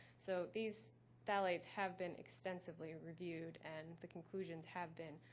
so these phthalates have been extensively reviewed and the conclusions have been